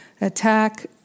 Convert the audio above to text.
Attack